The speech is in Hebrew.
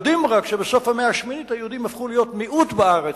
יודעים רק שבסוף המאה השמינית היהודים הפכו להיות מיעוט בארץ,